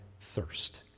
thirst